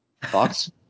Fox